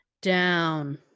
Down